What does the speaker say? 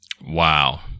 wow